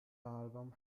album